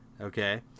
Okay